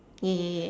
yeah yeah yeah